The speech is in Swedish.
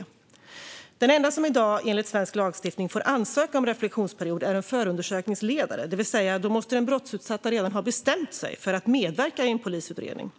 I dag är den enda som enligt svensk lagstiftning får ansöka om reflektionsperiod en förundersökningsledare. Det vill säga att då måste den brottsutsatta redan ha bestämt sig för att medverka i en polisutredning.